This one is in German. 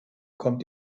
kommt